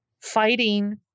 fighting